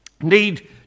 need